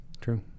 True